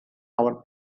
our